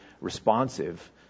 responsive